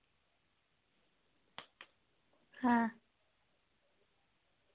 हां